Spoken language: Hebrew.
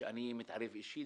שאני מתערב אישית,